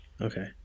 Okay